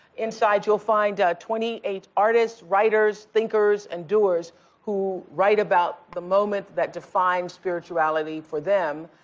inside you'll find twenty eight artists, writers, thinkers, and doers who write about the moment that defined spirituality for them.